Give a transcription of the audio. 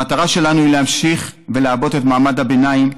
המטרה שלנו היא להמשיך לעבות את מעמד הביניים.